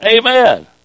Amen